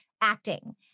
acting